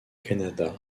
canada